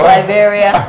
Liberia